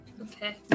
okay